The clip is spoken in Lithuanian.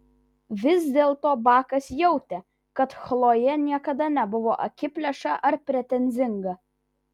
vis dėlto bakas jautė kad chlojė niekada nebuvo akiplėša ar pretenzinga